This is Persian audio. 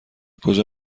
کجا